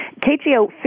KGO